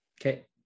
Okay